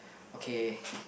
okay